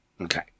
Okay